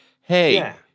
Hey